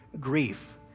grief